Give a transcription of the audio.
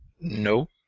No